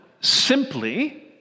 simply